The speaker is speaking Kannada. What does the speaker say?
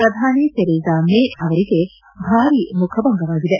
ಪ್ರಧಾನಿ ಥೆರೇಸಾಮೇ ಅವರಿಗೆ ಭಾರಿ ಮುಖಭಂಗವಾಗಿದೆ